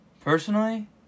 Personally